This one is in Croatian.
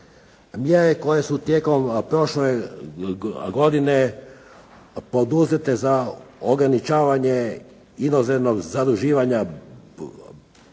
Mjere tijekom prošle godine poduzete za ograničavanje inozemnog zaduživanja banaka